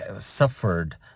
suffered